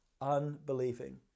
unbelieving